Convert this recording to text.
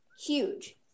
huge